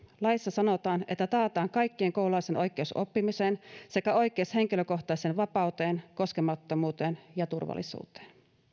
laissa sanotaan että taataan kaikkien koululaisten oikeus oppimiseen sekä oikeus henkilökohtaiseen vapauteen koskemattomuuteen ja turvallisuuteen